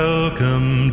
Welcome